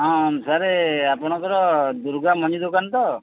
ହଁ ସାର୍ ଆପଣଙ୍କର ଦୁର୍ଗା ମଞ୍ଜି ଦୋକାନ ତ